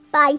Bye